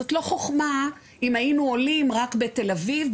זאת לא חוכמה אם היינו עולים רק בתל אביב,